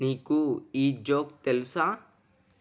నీకు ఈ జోక్ తెలుసా